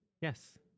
Yes